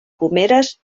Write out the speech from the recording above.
pomeres